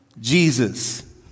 Jesus